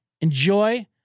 enjoy